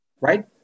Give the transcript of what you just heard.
right